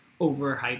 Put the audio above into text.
overhyped